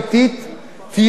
תהיה הכשרה,